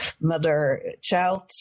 mother-child